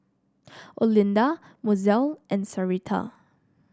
Olinda Mozelle and Sarita